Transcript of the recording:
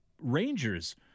Rangers